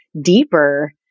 deeper